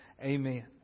amen